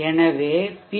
எனவே பி